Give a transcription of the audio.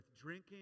drinking